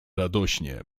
radośnie